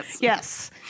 yes